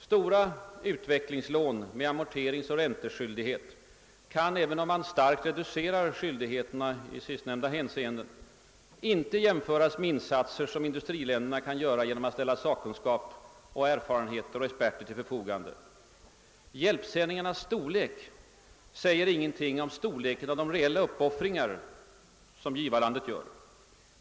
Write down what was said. Stora utvecklingslån med amorteringsoch ränteskyldighet kan, även om man starkt reducerar skyldigheterna i sistnämnda hänseenden, inte jämföras med insatser som industriländerna kan göra genom att ställa sakkunskap, erfarenheter och experter till förfogande. Hjälpsändningarnas storlek säger ingenting om storleken av de reella uppoffringar som givarlandet gör.